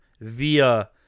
via